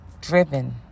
driven